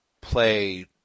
play